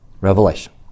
Revelation